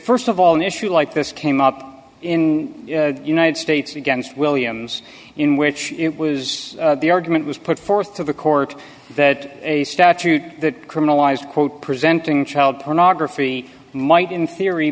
there st of all an issue like this came up in the united states against williams in which it was the argument was put forth to the court that a statute that criminalized quote presenting child pornography might in theory